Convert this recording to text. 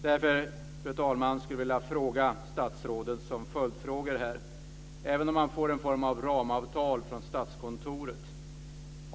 Därför, fru talman, skulle jag vilja ställa en följdfråga till statsrådet.